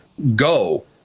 Go